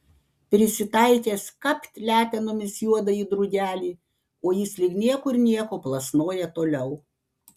prisitaikęs kapt letenomis juodąjį drugelį o jis lyg niekur nieko plasnoja toliau